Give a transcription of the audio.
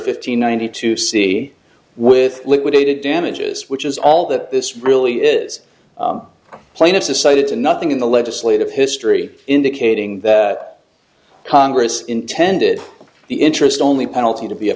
fifteen one hundred two c with liquidated damages which is all that this really is plaintiff decided to nothing in the legislative history indicating that congress intended the interest only penalty to be a